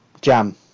Jam